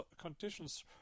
conditions